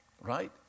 right